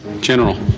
General